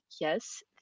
Yes